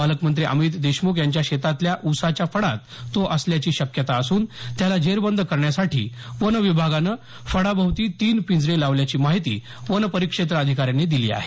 पालकमंत्री अमित देशमुख यांच्या शेतातल्या उसाच्या फडात तो असल्याची शक्यता असून त्याला जेरबंद करण्यासाठी वन विभागानं फडाभोवती तीन पिंजरे लावल्याची माहिती वनपरिक्षेत्र अधिकाऱ्यांनी दिली आहे